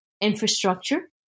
infrastructure